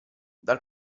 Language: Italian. dal